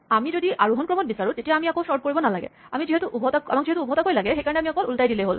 আমি যদি আৰোহন ক্ৰমত বিচাৰো তেতিয়া আমি আকৌ চৰ্ট কৰিব নালাগে আমাক যিহেতু উভতাকৈ লাগে সেইকাৰণে অকল ওলোটাই দিলেই হ'ল